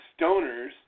stoners